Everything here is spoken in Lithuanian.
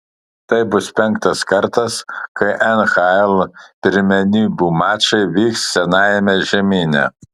tai bus penktas kartas kai nhl pirmenybių mačai vyks senajame žemyne